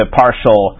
partial